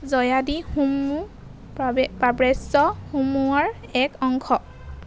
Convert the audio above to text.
জয়াদি হোমমো প্ৰবে প্ৰাৱেশ্য হোমমুঙৰ এক অংশ